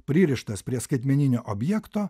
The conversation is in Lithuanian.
pririštas prie skaitmeninio objekto